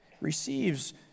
receives